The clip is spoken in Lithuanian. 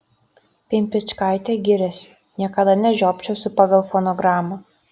pimpičkaitė giriasi niekada nežiopčiosiu pagal fonogramą